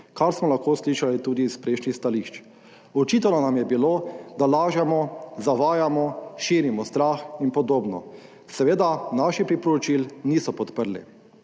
kar smo lahko slišali tudi iz prejšnjih stališč. Očitano nam je bilo, da lažemo, zavajamo, širimo strah in podobno. Seveda naših priporočil niso podprli.